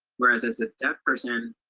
whereas as a deaf person,